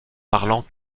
parlant